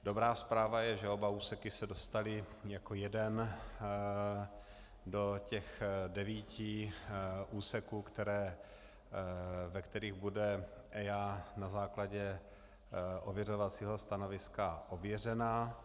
Dobrá zpráva je, že oba úseky se dostaly jako jeden do těch devíti úseků, ve kterých bude EIA na základě ověřovacího stanoviska ověřena.